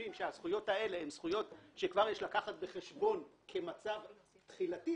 שהזכויות האלו הן זכויות שיש לקחת אותן בחשבון כמצב תחילתי,